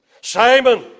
Simon